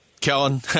Kellen